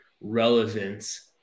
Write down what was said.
relevance